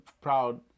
proud